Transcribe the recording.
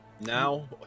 Now